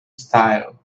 style